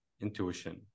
intuition